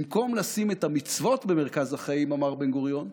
במקום לשים את המצוות במרכז החיים, אמר בן-גוריון,